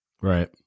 Right